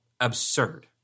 absurd